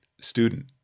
student